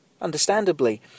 understandably